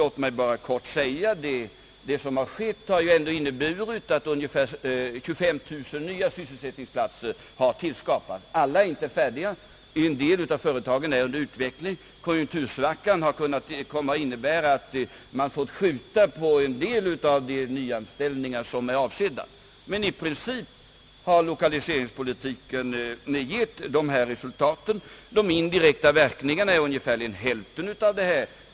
Låt mig bara helt kort säga, att det som har skett ändå har inneburit att ungefär 25 000 nya sysselsättningsplatser har tillskapats. Alla företag är inte färdiga. En del av företagen är under utveckling. Konjunktursvackan har kommit att innebära att man fått skjuta på en del av de nyanställningar som är avsedda, men i princip har lokaliseringspolitiken givit dessa resultat. De indirekta verkningarna är ungefär hälften av detta.